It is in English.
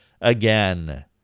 again